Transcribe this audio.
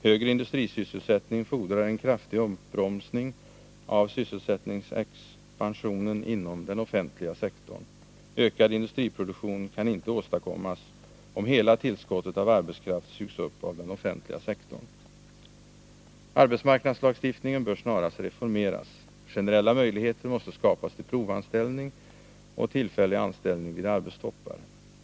Högre industrisysselsättning fordrar en kraftig uppbromsning av sysselsättningsexpansionen inom den offentliga sektorn. Ökad industriproduktion kan inte åstadkommas, om hela tillskottet av arbetskraft sugs upp av den offentliga sektorn. Arbetsmarknadslagstiftningen bör snarast reformeras. Generella möjligheter till provanställning och tillfällig anställning vid arbetstoppar måste skapas.